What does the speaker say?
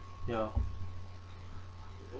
ya